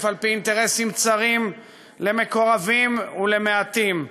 על-פי אינטרסים צרים למקורבים ולמעטים.